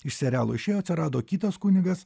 iš serialo išėjo atsirado kitas kunigas